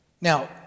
Now